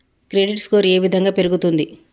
Credit score ఏ విధంగా పెరుగుతుంది?